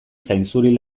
zainzuri